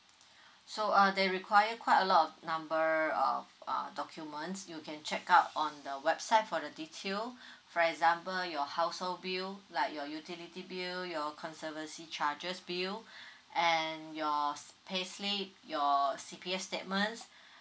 so uh they require quite a lot number of uh documents you can check out on the website for the detail for example your household bill like your utility bill your conservancy charges bill and your payslip your C_P_F statements